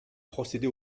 procéder